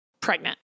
pregnant